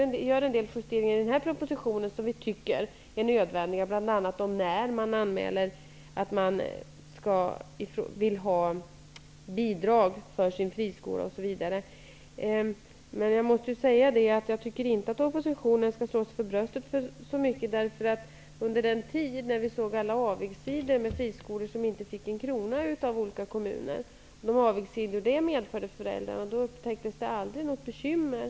Vi gör en del justeringar i denna proposition som vi tycker är nödvändiga, bl.a. av tidpunkten för ansökan om bidrag för friskola osv. Jag tycker inte att oppositionen skall slå sig för bröstet. Under den tid då vi såg alla avigsidor, t.ex. friskolor som i olika kommuner inte fick en krona, betraktades det aldrig som något bekymmer.